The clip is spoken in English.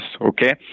okay